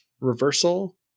reversal